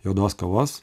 juodos kavos